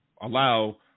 allow